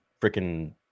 freaking